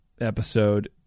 episode